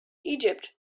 egypt